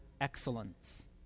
excellence